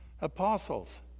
apostles